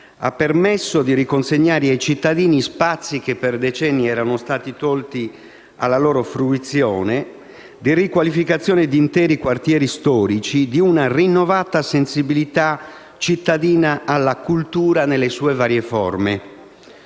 ha permesso di riconsegnare ai cittadini spazi che per decenni erano stati tolti alla loro fruizione, la riqualificazione di interi quartieri storici e una rinnovata sensibilità cittadina alla cultura nelle sue varie forme.